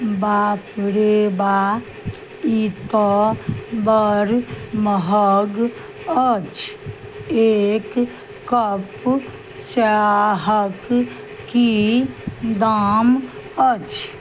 बापरेबा ई तऽ बड्ड महग अछि एक कप चाहक की दाम अछि